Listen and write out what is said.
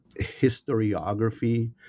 historiography